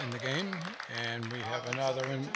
in the game and we have another and